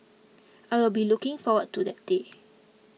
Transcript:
I will be looking forward to that day